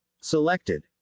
Selected